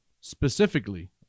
specifically